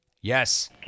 Yes